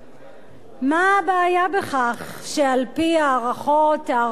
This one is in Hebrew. מה הבעיה בכך שעל-פי הערכות, הערכות זהירות,